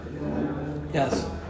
Yes